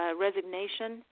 resignation